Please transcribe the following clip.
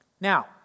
Now